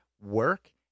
work